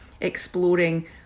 exploring